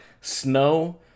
snow